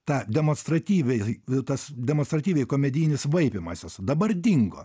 tą demonstratyviai tas demonstratyviai komedijinis vaipymasis dabar dingo